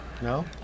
No